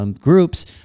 groups